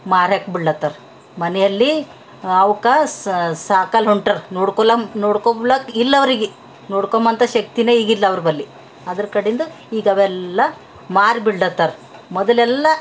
ಮಾರಕ್ ಬಿಡ್ಲತ್ತರ ಮನೆಯಲ್ಲಿ ಅವಕ್ಕ ಸಾಕಲು ಹೊಂಟರ ನೋಡ್ಕೊಲಮ್ ನೋಡ್ಕೊಳ್ಳಾಕ ಇಲ್ಲ ಅವ್ರಿಗೆ ನೋಡ್ಕೊಂಬಂತ ಶಕ್ತಿನೇ ಈಗಿಲ್ಲ ಅವ್ರ ಬಲ್ಲಿ ಅದರ ಕಡಿಂದ ಈಗ ಅವೆಲ್ಲ ಮಾರಿ ಬಿಡ್ಲತ್ತರ ಮೊದಲೆಲ್ಲ